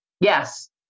Yes